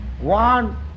one